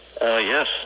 Yes